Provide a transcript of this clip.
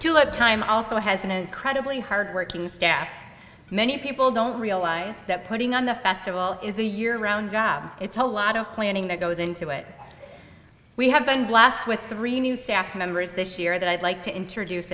look time also has an incredibly hardworking staff many people don't realize that putting on the festival is a year round job it's a lot of planning that goes into it we have been blast with three new staff members this year that i'd like to introduce